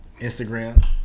Instagram